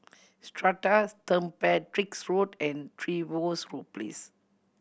Strata Saint Patrick's Road and Trevose Place